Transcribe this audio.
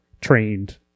trained